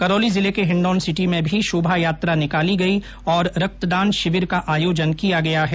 करौली जिले के हिण्डौसिटी में भी शोभायात्रा निकाली गई और रक्तदान शिविर का आयोजन किया गया है